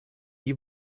die